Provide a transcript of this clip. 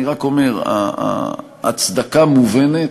אני רק אומר: ההצדקה מובנת,